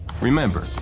Remember